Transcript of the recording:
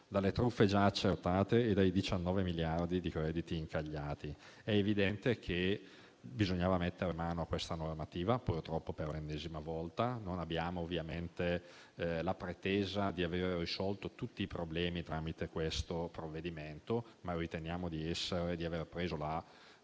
dalle truffe già accertate e dai 19 miliardi di crediti incagliati. È evidente che bisognava mettere mano a questa nuova normativa, purtroppo per l'ennesima volta. Non abbiamo ovviamente la pretesa di avere risolto tutti i problemi tramite questo provvedimento, ma riteniamo di aver preso la